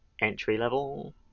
entry-level